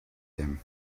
them